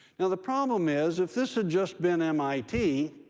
now, the problem is if this had just been mit,